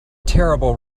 terrible